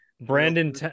brandon